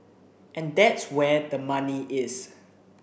and that's where the money is